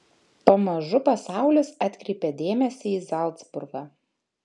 pamažu pasaulis atkreipė dėmesį į zalcburgą